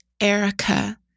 Erica